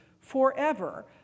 forever